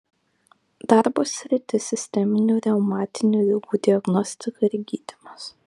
darbo sritis sisteminių reumatinių ligų diagnostika ir gydymas